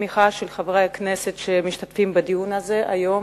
התמיכה של חברי הכנסת המשתתפים בדיון הזה היום.